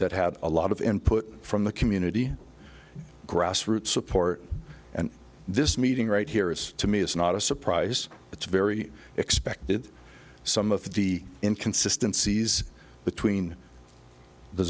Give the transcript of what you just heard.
that had a lot of input from the community grassroots support and this meeting right here is to me is not a surprise it's very expected some of the in consistencies between the